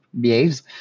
behaves